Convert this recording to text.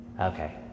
Okay